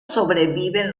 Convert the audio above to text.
sobreviven